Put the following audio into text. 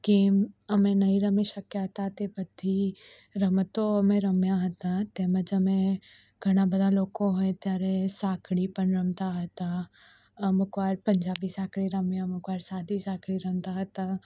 game અમે નહીં રમી શક્યા હતા તે બધી રમતો અમે રમ્યા હતા તેમ જ અમે ઘણા બધા લોકો હોય ત્યારે સાખળી પણ રમતા હતા અમુક વાર પંજાબી સાંકળી રમી અમુક વાર સાદી સાંકળી રમતા હતા